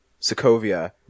sokovia